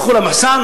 הלכו למחסן.